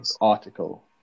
article